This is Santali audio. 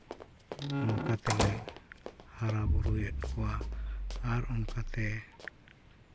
ᱚᱱᱠᱟ ᱛᱮᱞᱮ ᱦᱟᱨᱟᱼᱵᱩᱨᱩᱭᱮᱫ ᱠᱚᱣᱟ ᱟᱨ ᱚᱱᱠᱟᱛᱮ